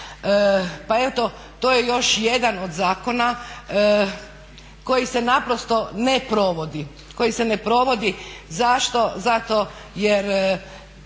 Pa eto to je još jedan od zakona koji se naprosto ne provodi. Koji se ne provodi. Zašto? Zato jer